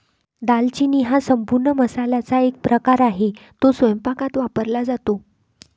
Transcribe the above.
दालचिनी हा संपूर्ण मसाल्याचा एक प्रकार आहे, तो स्वयंपाकात वापरला जातो